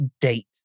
date